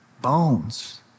bones